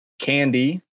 candy